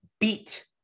beat